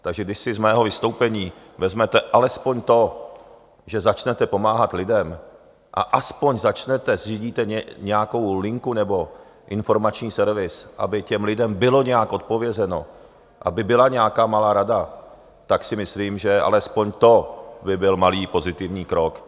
Takže když si z mého vystoupení vezmete alespoň to, že začnete pomáhat lidem a alespoň začnete tím, že zřídíte nějakou linku nebo informační servis, aby těm lidem bylo nějak odpovězeno, aby byla nějaká malá rada, tak si myslím, že alespoň to by byl malý pozitivní krok.